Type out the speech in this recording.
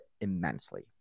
immensely